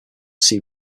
see